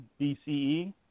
BCE